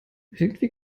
irgendwie